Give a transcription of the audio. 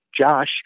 Josh